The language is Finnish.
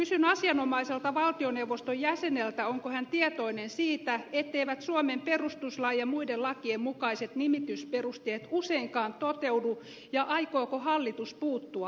kysyn asianomaiselta valtioneuvoston jäseneltä onko hän tietoinen siitä etteivät suomen perustuslain ja muiden lakien mukaiset nimitysperusteet useinkaan toteudu ja aikooko hallitus puuttua asiaan